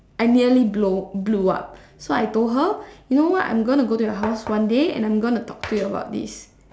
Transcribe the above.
I nearly blow blew up so I told her you know what I'm gonna go to your house one day and I'm gonna talk to you about this